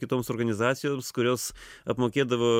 kitoms organizacijoms kurios apmokėdavo